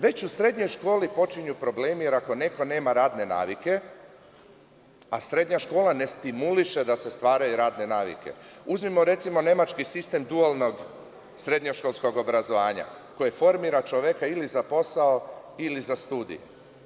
Već u srednjoj školi počinju problemi, jer ako neko nema radne navike, a srednja škola ne stimuliše da se stvaraju radne navike, uzmimo recimo, nemački sistem dualnog srednjoškolskog obrazovanja, koje formira čoveka ili za posao ili za studije.